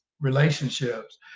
relationships